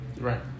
Right